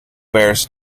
bears